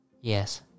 Yes